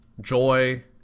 joy